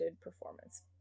performance